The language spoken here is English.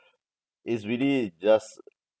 it's really just